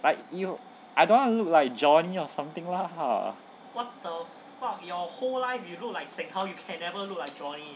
like you I don't wanna look like johnny or something lah